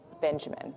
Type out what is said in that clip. Benjamin